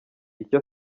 icyo